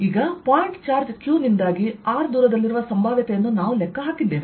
ಆದ್ದರಿಂದ point charge q ಯಿಂದಾಗಿ r ದೂರದಲ್ಲಿರುವ ಸಂಭಾವ್ಯತೆಯನ್ನು ನಾವು ಲೆಕ್ಕಹಾಕಿದ್ದೇವೆ